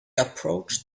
approached